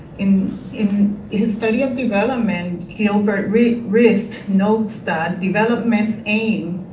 in in his study of development gilbert rist rist notes that development's aim